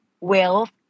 wealth